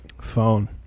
Phone